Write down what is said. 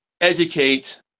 educate